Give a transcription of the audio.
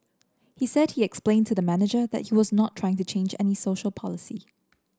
he said he explained to the manager that he was not trying to change any social policy